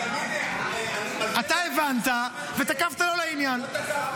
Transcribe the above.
--- אתה הבנת ותקפת לא לעניין.